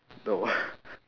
the wha~